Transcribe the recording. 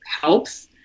helps